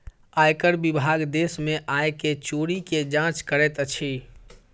आयकर विभाग देश में आय के चोरी के जांच करैत अछि